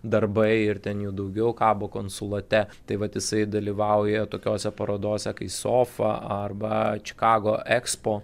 darbai ir ten jų daugiau kabo konsulate tai vat jisai dalyvauja tokiose parodose kai sofa arba čikago ekspo